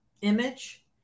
image